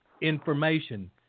information